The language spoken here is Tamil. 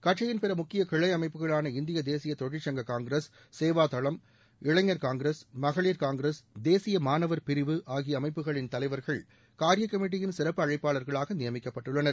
கட்சியின் பிற முக்கிய கிளை அமைப்புகளான இந்திய தேசிய தொழிற்சங்க காங்கிரஸ் சேவாதளம் இளைஞர் காங்கிரஸ் மகளிர் காங்கிரஸ் தேசிய மாணவர் பிரிவு ஆகிய அமைப்புகளின் தலைவர்கள் காரிய கமிட்டியின் சிறப்பு அழைப்பாளர்களாக நியமிக்கப்பட்டுள்ளனர்